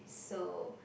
so